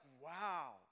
wow